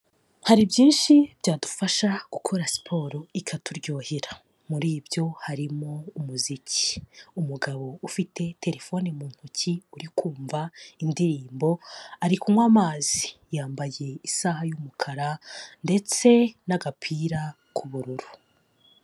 Hari byinshi, byadufasha gukora siporo, ikaturyohera. Muri ibyo harimo umuziki. umugabo ufite telefone mu ntoki uri kumva indirimbo, ari kunywa amazi. Yambaye isaha y'umukara, ndetse n'agapira k'ubururu.